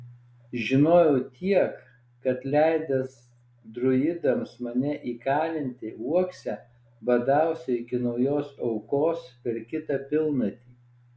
žinojau tiek kad leidęs druidams mane įkalinti uokse badausiu iki naujos aukos per kitą pilnatį